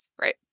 Right